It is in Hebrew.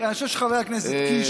אני חושב שחבר הכנסת קיש פה,